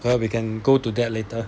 well we can go to that later